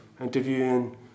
interviewing